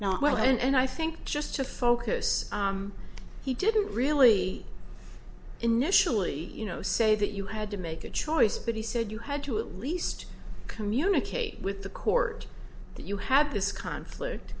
s well and i think just to focus he didn't really initially you know say that you had to make a choice but he said you had to at least communicate with the court that you had this conflict